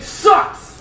sucks